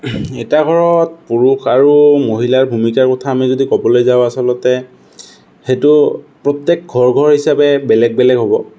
এটা ঘৰত পুৰুষ আৰু মহিলাৰ ভূমিকাৰ কথা আমি যদি ক'বলৈ যাওঁ আচলতে সেইটো প্ৰত্যেক ঘৰ ঘৰ হিচাপে বেলেগ বেলেগ হ'ব